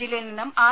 ജില്ലയിൽ നിന്നും ആർ